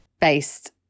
based